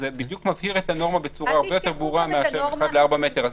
זה בדיוק מבהיר את הנורמה בצורה הרבה יותר ברורה מאשר 4:1 מטר.